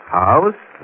house